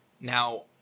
Now